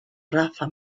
raza